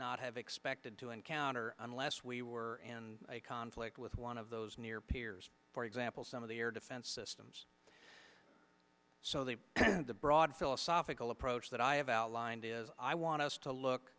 not have expected to encounter unless we were and a conflict with one of those near peers for example some of the air defense systems so they and the broad philosophical approach that i have outlined is i want us to look